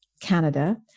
Canada